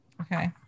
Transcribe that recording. Okay